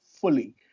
fully